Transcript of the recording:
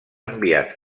enviats